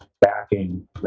backing